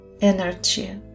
energy